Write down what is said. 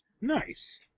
Nice